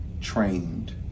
trained